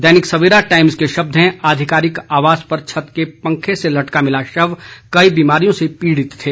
दैनिक Savera Times के शब्द हैं आधिकारिक आवास पर छत के पंखे से लटका मिला शव कई बीमारियों से पीड़ित थे